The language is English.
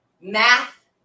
math